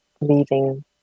leaving